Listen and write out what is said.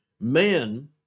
men